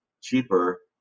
cheaper